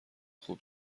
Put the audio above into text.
خوب